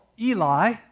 Eli